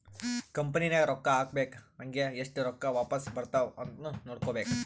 company ನಾಗ್ ರೊಕ್ಕಾ ಹಾಕ್ಬೇಕ್ ಹಂಗೇ ಎಸ್ಟ್ ರೊಕ್ಕಾ ವಾಪಾಸ್ ಬರ್ತಾವ್ ಅಂತ್ನು ನೋಡ್ಕೋಬೇಕ್